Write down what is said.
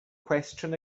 question